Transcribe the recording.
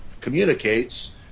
communicates